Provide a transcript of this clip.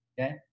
okay